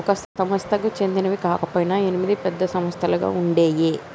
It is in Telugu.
ఒక సంస్థకి చెందినవి కాకపొయినా ఎనిమిది పెద్ద సంస్థలుగా ఉండేయ్యి